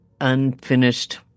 unfinished